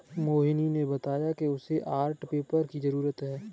मोहिनी ने बताया कि उसे आर्ट पेपर की जरूरत है